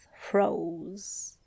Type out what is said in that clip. froze